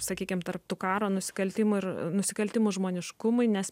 sakykim tarp tų karo nusikaltimų ir nusikaltimų žmoniškumui nes